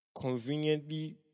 conveniently